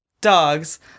Dogs